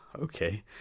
okay